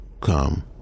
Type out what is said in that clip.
come